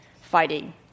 fighting